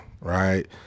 right